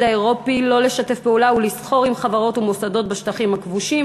האירופי שלא לשתף פעולה ולסחור עם חברות ומוסדות בשטחים הכבושים,